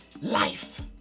life